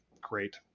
great